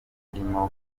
zirimo